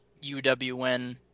UWN